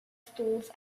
stalls